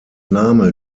name